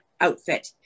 outfit